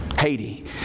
Haiti